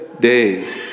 days